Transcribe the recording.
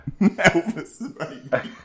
Elvis